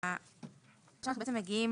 עכשיו אנחנו מגיעים